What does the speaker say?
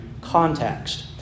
context